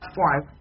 five